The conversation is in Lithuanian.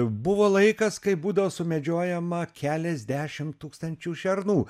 buvo laikas kai būdavo sumedžiojama keliasdešim tūkstančių šernų